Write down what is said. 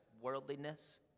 Worldliness